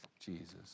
Jesus